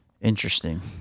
Interesting